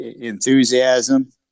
enthusiasm